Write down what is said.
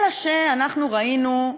אלא שאנחנו ראינו,